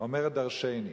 אומרת דורשני.